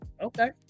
Okay